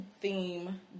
theme